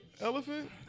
elephant